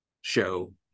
show